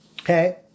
okay